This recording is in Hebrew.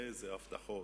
איזה הבטחות.